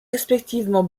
respectivement